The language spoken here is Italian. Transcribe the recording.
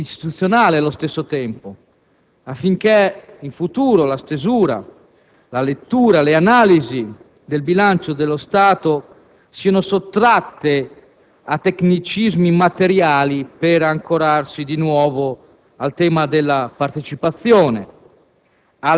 ed istituzionale allo stesso tempo, affinché in futuro la stesura, la lettura e le analisi del bilancio dello Stato siano sottratte a tecnicismi materiali per ancorarsi di nuovo al tema della partecipazione,